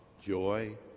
joy